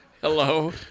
Hello